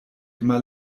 immer